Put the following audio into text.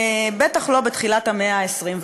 בטח לא בתחילת המאה ה-21.